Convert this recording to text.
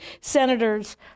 senators